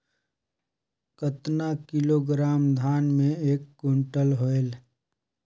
कतना किलोग्राम धान मे एक कुंटल होयल?